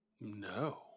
No